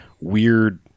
weird